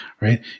right